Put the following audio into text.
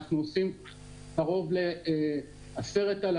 אנחנו עושים קרוב ל-10,000